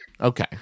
Okay